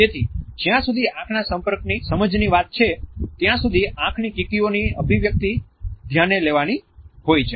તેથી જ્યાં સુધી આંખના સંપર્કની સમજની વાત છે ત્યાં સુધી આંખની કીકીઓની અભિવ્યક્તિ ધ્યાને લેવાની હોય છે